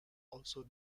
also